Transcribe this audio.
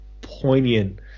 poignant